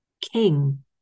king